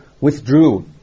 withdrew